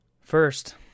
first